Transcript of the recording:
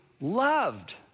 loved